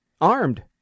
Armed